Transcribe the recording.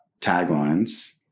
taglines